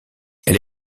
elle